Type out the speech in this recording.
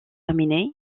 terminés